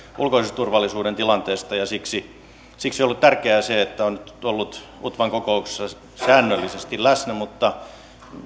ulkoisen turvallisuuden tilanteesta ja siksi on ollut tärkeää se että olen nyt ollut utvan kokouksissa säännöllisesti läsnä mutta